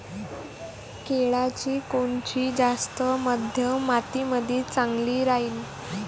केळाची कोनची जात मध्यम मातीमंदी चांगली राहिन?